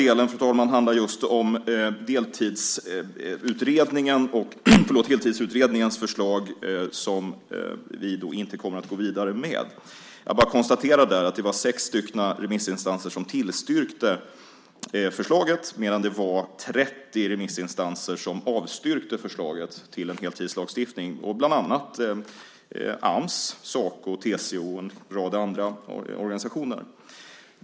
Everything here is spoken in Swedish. Den andra delen handlar om Deltidsutredningens förslag som vi inte kommer att gå vidare med. Där konstaterar jag bara att det var 6 remissinstanser som tillstyrkte förslaget medan det var 30 remissinstanser som avstyrkte förslaget till en heltidslagstiftning, bland annat Ams, Saco, TCO och en rad andra organisationer.